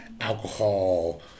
alcohol